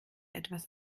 etwas